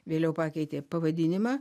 vėliau pakeitė pavadinimą